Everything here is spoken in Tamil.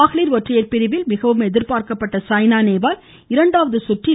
மகளிர் ஒற்றையர் பிரிவில் மிகவும் எதிர்பார்க்கப்பட்ட சாய்னா நேவால் இரண்டாவது சுற்றில்